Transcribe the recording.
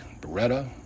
Beretta